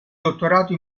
dottorato